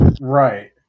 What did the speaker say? Right